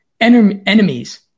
enemies